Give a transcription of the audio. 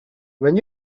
when